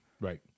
Right